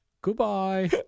goodbye